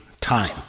time